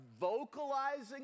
vocalizing